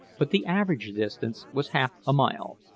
but the average distance was half-a-mile.